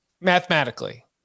Mathematically